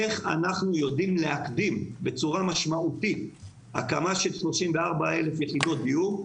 איך אנחנו יודעים להקדים בצורה משמעותית הקמה של 34,000 יחידות דיור,